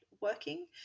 working